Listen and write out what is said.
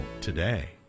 today